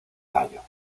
tallo